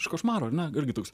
iš košmaro ar ne irgi toks